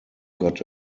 got